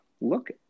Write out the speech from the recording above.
look